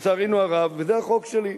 שלצערנו הרב, וזה החוק שלי.